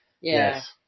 Yes